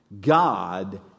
God